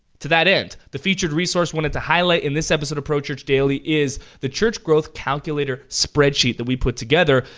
to that end, the featured resource we wanted to highlight in this episode of pro church daily is the church growth calculator spreadsheet that we put together.